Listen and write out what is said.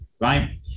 right